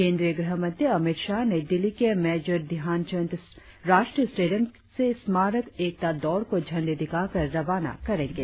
केंद्रीय गृहमंत्री अमित शाह नई दिल्ली के मेजर ध्यानचंद राष्ट्रीय स्टेडियम से स्मारक एकता दौड़ को झंडी दिखाकर रवाना करेंगे